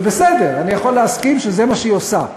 זה בסדר, אני יכול להסכים שזה מה שהיא עושה.